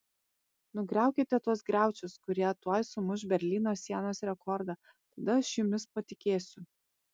nugriaukite tuos griaučius kurie tuoj sumuš berlyno sienos rekordą tada aš jumis patikėsiu